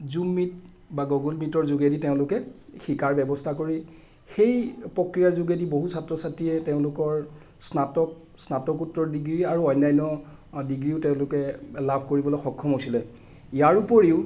জুম meet বা Google মিটৰ যোগেদি তেওঁলোকে শিকাৰ ব্যৱস্থা কৰি সেই প্ৰক্ৰিয়াৰ যোগেদি বহু ছাত্ৰ ছাত্ৰীয়ে তেওঁলোকৰ স্নাতক স্নাতকোত্তৰ ডিগ্ৰী আৰু অন্য়ান্য ডিগ্ৰীও তেওঁলোকে লাভ কৰিবলৈ সক্ষম হৈছিলে ইয়াৰ উপৰিও